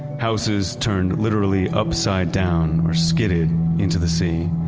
houses turned literally upside down or skidded into the sea.